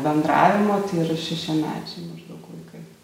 bendravimo tai yra šešiamečiai maždaug vaikai